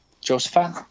Josephine